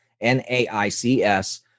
N-A-I-C-S